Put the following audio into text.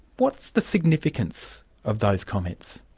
what's the significance of those comments?